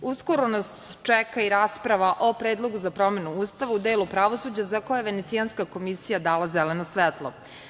Uskoro nas čeka i rasprava o predlogu za promenu Ustava u delu pravosuđa, za koji je Venecijanska komisija dala zeleno svetlo.